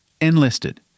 enlisted